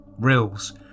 Rills